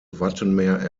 wattenmeer